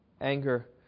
anger